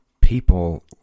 people